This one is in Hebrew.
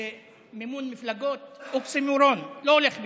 ומימון מפלגות, אוקסימורון, לא הולך ביחד.